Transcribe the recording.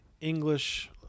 English